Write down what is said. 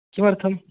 किमर्थं